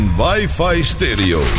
wifi-stereo